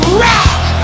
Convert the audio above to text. rock